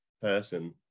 person